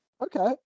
Okay